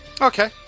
Okay